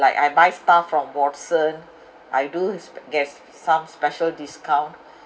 like I buy stuff from watson I do expect get some special discount